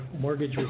mortgage